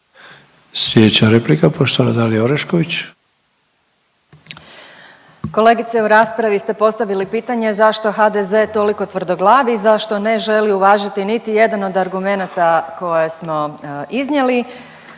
Dalija (Stranka s imenom i prezimenom)** Kolegice u raspravi ste postavili pitanje zašto HDZ toliko tvrdoglavi, zašto ne želi uvažiti niti jedan od argumenata koje smo iznijeli